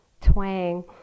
twang